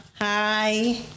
Hi